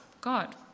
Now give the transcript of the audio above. God